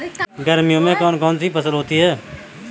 गर्मियों में कौन कौन सी फसल होती है?